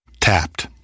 Tapped